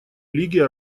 лиги